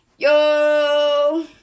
Yo